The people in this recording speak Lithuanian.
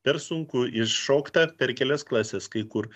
per sunku iššokta per kelias klases kai kur